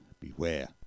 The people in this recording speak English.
beware